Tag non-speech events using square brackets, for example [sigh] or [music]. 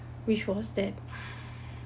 which was that [breath]